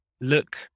Look